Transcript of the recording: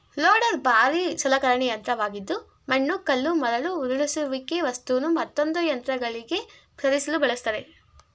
loader ಭಾರೀ ಸಲಕರಣೆ ಯಂತ್ರವಾಗಿದ್ದು ಮಣ್ಣು ಕಲ್ಲು ಮರಳು ಉರುಳಿಸುವಿಕೆ ವಸ್ತುನು ಮತ್ತೊಂದು ಯಂತ್ರಗಳಿಗೆ ಸರಿಸಲು ಬಳಸ್ತರೆ